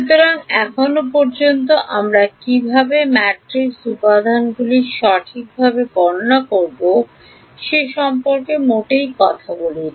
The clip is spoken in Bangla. সুতরাং এখন পর্যন্ত আমরা কীভাবে ম্যাট্রিক্স উপাদানগুলি সঠিকভাবে গণনা করব সে সম্পর্কে মোটেই কথা বলিনি